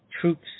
troops